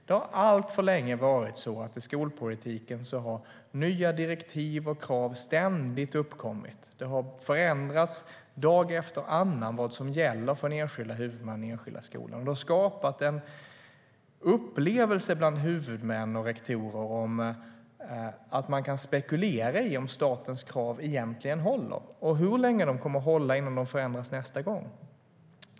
Det har alltför länge varit så i skolpolitiken att nya direktiv och krav ständigt har uppkommit. Det har förändrats, dag efter annan, vad som gäller för den enskilda huvudmannen i den enskilda skolan. Det har skapat en upplevelse bland huvudmän och rektorer av att man kan spekulera i om statens krav egentligen håller och hur länge de kommer att hålla innan de förändras nästa gång.